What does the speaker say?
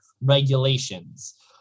regulations